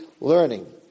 learning